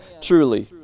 truly